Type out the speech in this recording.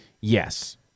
Yes